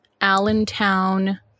Allentown